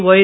Y